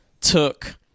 took